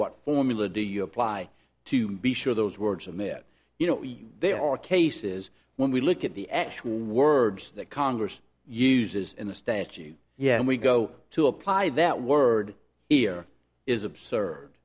what formula do you apply to be sure those words in it you know there are cases when we look at the actual words that congress uses in the statute yeah and we go to apply that word here is absurd